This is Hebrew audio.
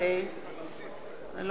(קוראת בשמות חברי הכנסת) יצחק הרצוג,